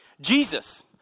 Jesus